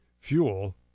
fuel